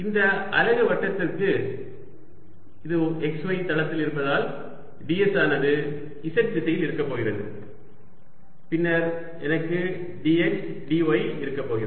இந்த அலகு வட்டத்திற்கு இது xy தளத்தில் இருப்பதால் ds ஆனது z திசையில் இருக்கப் போகிறது பின்னர் எனக்கு dx dy இருக்கப்போகிறது